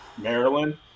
Maryland